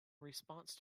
response